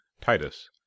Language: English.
Titus